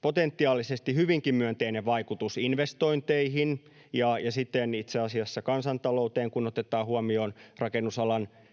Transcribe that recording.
potentiaalisesti hyvinkin myönteinen vaikutus investointeihin ja siten itse asiassa kansantalouteen, kun otetaan huomioon rakennusalan merkitys